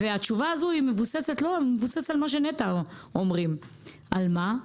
והתשובה הזו מבוססת על מה שנת"ע אומרים, על מה?